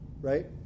Right